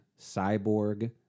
Cyborg